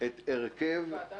את הרכב ועדת